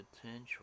potential